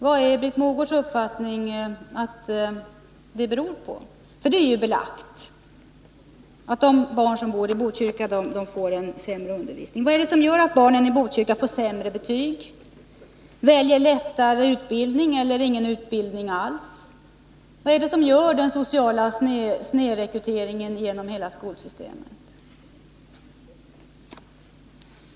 Vad tror Britt Mogård att det beror på? Det är ju belagt att det förhåller sig så, och jag frågar: Vad är det som gör att barnen i Botkyrka i förhållande till barnen i Djursholm får sämre betyg, att de väljer lättare utbildning eller ingen utbildning alls? Vad:är det som skapar den sociala snedrekryteringen genom hela skolsystemet?